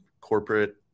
corporate